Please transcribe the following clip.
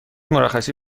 مرخصی